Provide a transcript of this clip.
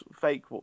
fake